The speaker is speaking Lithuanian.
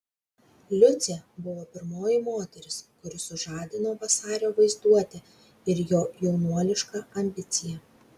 liucė buvo pirmoji moteris kuri sužadino vasario vaizduotę ir jo jaunuolišką ambiciją